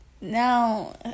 Now